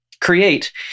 create